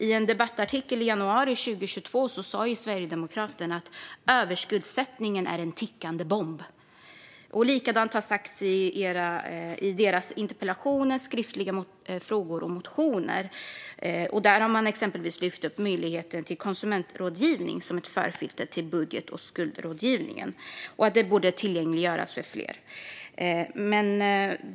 I en debattartikel i januari 2022 sa Sverigedemokraterna att överskuldsättningen är en tickande bomb. Samma sak har sagts i Sverigedemokraternas interpellationer, skriftliga frågor och motioner. Där har man exempelvis lyft fram möjligheten till konsumentrådgivning som ett förfilter till budget och skuldrådgivningen och att den borde tillgängliggöras för fler.